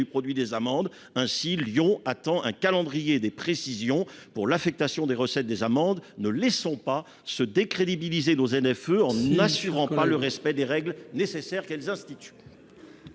produit des amendes. Ainsi, Lyon attend un calendrier et des précisions pour l'affectation de ces recettes. Ne laissons pas se décrédibiliser nos ZFE en n'assurant pas le respect des règles nécessaires qu'elles instituent.